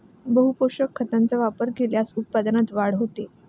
बहुपोषक खतांचा वापर केल्यास उत्पादनात वाढ होते